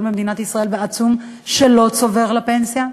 ועצום במדינת ישראל שלא צובר לפנסיה?